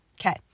okay